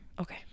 Okay